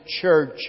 Church